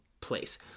place